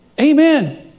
Amen